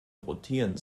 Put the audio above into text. rotieren